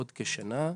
עוד כשנה,